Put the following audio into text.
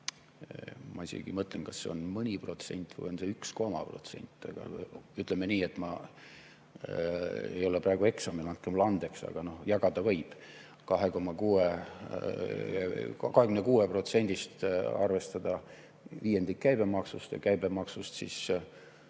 ma isegi mõtlen, kas see on mõni protsent või on see 1,… protsenti. Ma ei ole praegu eksamil, andke mulle andeks, aga jagada võib. 26%-st arvestada viiendik käibemaksuks ja käibemaksust siis